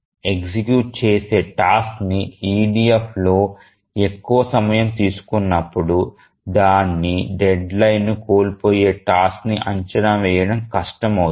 execute చేసే టాస్క్ని EDFలో ఎక్కువ సమయం తీసుకున్నప్పుడు దాని డెడ్లైన్ను కోల్పోయే టాస్క్ని అంచనా వేయడం కష్టం అవుతుంది